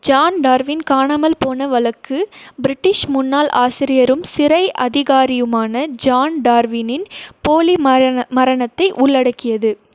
John Darwin காணாமல் போன வழக்கு பிரிட்டிஷ் முன்னாள் ஆசிரியரும் சிறை அதிகாரியுமான ஜான் டார்வினின் போலி மரணம் மரணத்தை உள்ளடக்கியது